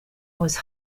was